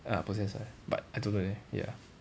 ah process [one] but I don't know eh ya